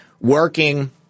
working